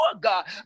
God